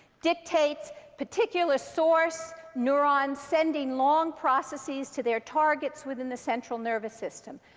dictates particular source neurons sending long processes to their targets within the central nervous system.